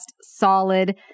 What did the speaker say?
solid